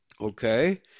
Okay